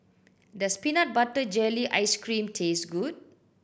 does peanut butter jelly ice cream taste good